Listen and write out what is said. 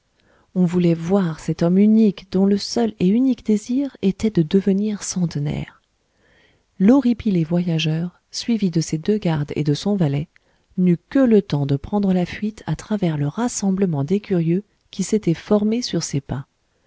on voulait voir cet homme unique dont le seul et unique désir était de devenir centenaire l'horripilé voyageur suivi de ses deux gardes et de son valet n'eut que le temps de prendre la fuite à travers le rassemblement des curieux qui s'était formé sur ses pas